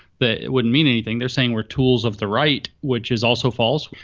that wouldn't mean anything. they're saying we're tools of the right, which is also false.